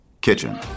Kitchen